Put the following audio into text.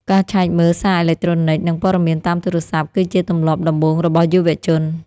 ការឆែកមើលសារអេឡិចត្រូនិក និងព័ត៌មានតាមទូរស័ព្ទ គឺជាទម្លាប់ដំបូងរបស់យុវជន។